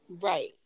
Right